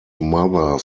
mother